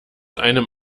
einem